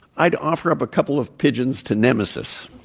i'd offer up a couple of pigeons to nemesis